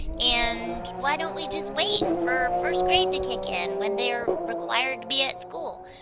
and why don't we just wait for first grade to kick in when they're required to be at school?